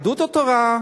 יהדות התורה,